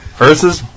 versus